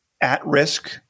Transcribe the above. at-risk